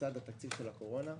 לצד תקציב הקורונה,